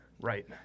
Right